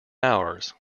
ours